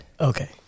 Okay